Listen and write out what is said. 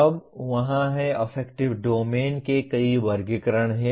अब वहाँ हैं अफेक्टिव डोमेन के कई वर्गीकरण हैं